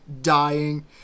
dying